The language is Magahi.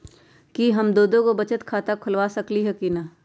कि हम दो दो गो बचत खाता खोलबा सकली ह की न?